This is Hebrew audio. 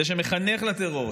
זה שמחנך לטרור,